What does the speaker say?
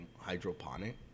hydroponic